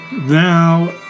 now